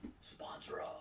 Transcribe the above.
Sponsor